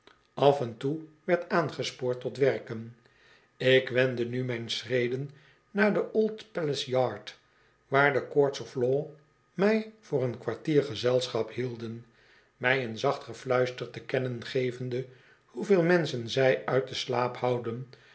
af en toe werd aangespoord tot werken ik wendde nu mijne schreden naar de old palace yard waar de courts of law mij voor een kwartier gezelschap hielden mij in zacht gefluister te kennen gevende hoeveel menschen zij uit den slaap houden